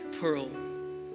pearl